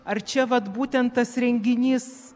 ar čia vat būtent tas renginys